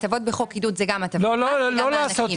והטבות בחוק עידוד זה גם הטבות מס וגם מענקים.